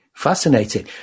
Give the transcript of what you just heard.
fascinating